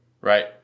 Right